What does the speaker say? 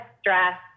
stress